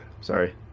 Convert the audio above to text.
Sorry